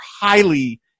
highly